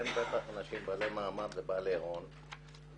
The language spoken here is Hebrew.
בטח אנשים בעלי מעמד ובעלי הון,